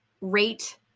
rate